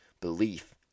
belief